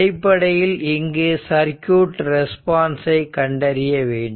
அடிப்படையில் இங்கு சர்க்யூட் ரெஸ்பான்ஸை கண்டறிய வேண்டும்